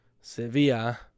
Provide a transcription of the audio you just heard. Sevilla –